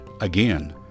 Again